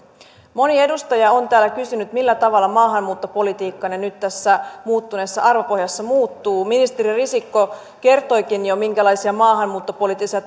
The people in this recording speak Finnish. moni edustaja on täällä kysynyt millä tavalla maahanmuuttopolitiikkanne nyt tässä muuttuneessa arvopohjassa muuttuu ministeri risikko kertoikin jo minkälaisia maahanmuuttopoliittisia